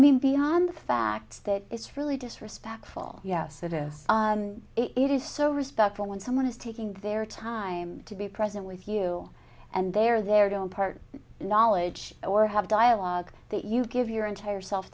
mean beyond the fact that it's really disrespectful yes that is it is so respectful when someone is taking their time to be present with you and they are there to impart knowledge or have a dialogue that you give your entire self